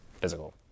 physical